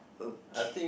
okay